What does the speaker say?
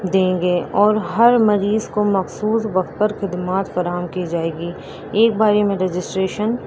دیں گے اور ہر مریض کو مخصوص وقت پر خدمات فراہم کی جائے گی ایک باری میں رجسٹریشن